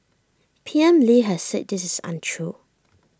P M lee has said this is untrue